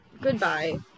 Goodbye